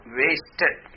wasted